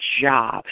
job